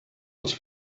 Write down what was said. als